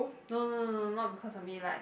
no no no no not because of me like